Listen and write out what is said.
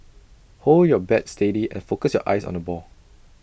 hold your bat steady and focus your eyes on the ball